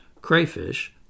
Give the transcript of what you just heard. crayfish